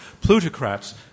Plutocrats